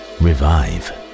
revive